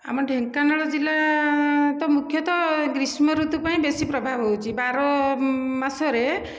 ଆମ ଢେଙ୍କାନାଳ ଜିଲ୍ଲା ତ ମୁଖ୍ୟତଃ ଗ୍ରୀଷ୍ମଋତୁ ପାଇଁ ବେଶୀ ପ୍ରଭାବ ହେଉଛି ବାର ମାସରେ